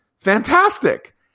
fantastic